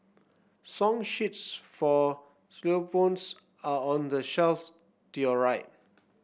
song sheets for are on the shelf to your right